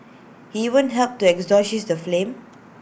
he even helped to extinguish the flames